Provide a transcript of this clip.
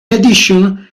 addition